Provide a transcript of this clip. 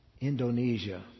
Indonesia